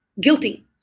guilty